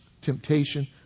temptation